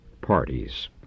parties